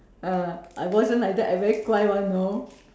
ah I wasn't like that I very 乖 [one] you know